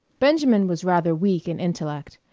benjamin was rather weak in intellect,